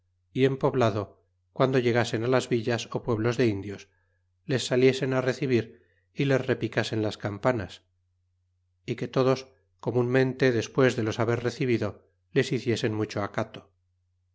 y en poblado guando llegasen a las villas pueblos de indios les saliesen it recibir y les repicasen las campanas y que todos comunmente despues de los haber recibido les hiciesen mucho acato